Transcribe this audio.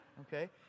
Okay